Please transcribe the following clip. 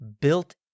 built